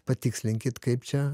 patikslinkit kaip čia